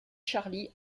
charlie